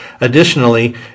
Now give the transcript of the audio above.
Additionally